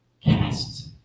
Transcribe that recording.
cast